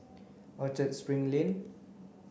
Orchard Spring Lane